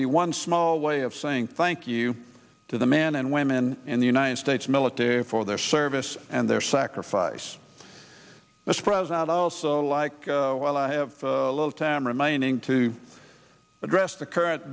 be one small way of saying thank you to the men and women in the united states military for their service and their sacrifice mr president also like well i have little time remaining to address the current